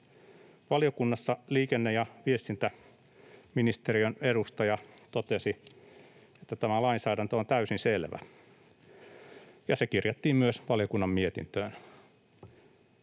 Valiokunnassa liikenne- ja viestintäministeriön edustaja totesi, että tämä lainsäädäntö on täysin selvä, ja se kirjattiin myös valiokunnan mietintöön.